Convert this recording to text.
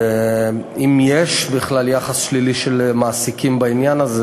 ואם יש בכלל יחס שלילי של מעסיקים בעניין הזה,